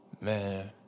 Man